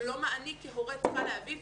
לא מה אני כהורה צריכה להביא,